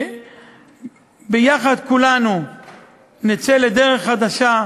וביחד כולנו נצא לדרך חדשה,